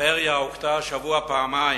הפריפריה הוכתה השבוע פעמיים: